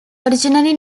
originally